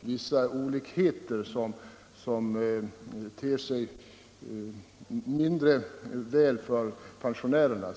vissa olikheter som ter sig orättvisa för pensionärerna.